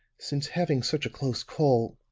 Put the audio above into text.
since having such a close call